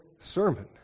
sermon